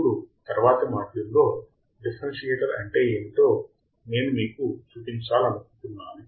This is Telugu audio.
ఇప్పుడు తరువాతి మాడ్యూల్లో డిఫరెన్సియేటర్ అంటే ఏమిటో నేను మీకు చూపించాలనుకుంటున్నాను